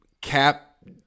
Cap